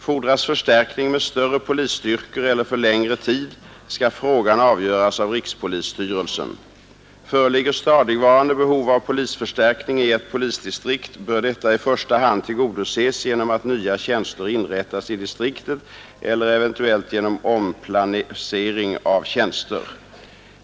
Fordras förstärkning med större polisstyrkor eller för längre tid, skall frågan avgöras av rikspolisstyrelsen. Föreligger stadigvarande behov av polisförstärkning i ett polisdistrikt, bör detta i första hand tillgodoses genom att nya tjänster inrättas i distriktet eller eventuellt genom omplacering av tjänster.